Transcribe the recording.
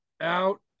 out